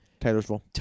Taylorsville